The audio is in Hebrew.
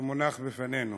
שמונח בפנינו